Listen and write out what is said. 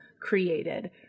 created